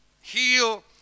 heal